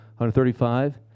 135